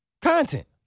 content